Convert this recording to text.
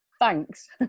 Thanks